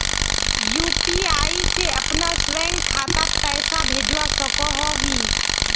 UPI से अपना स्वयं खातात पैसा भेजवा सकोहो ही?